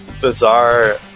bizarre